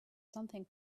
something